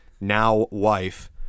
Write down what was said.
now-wife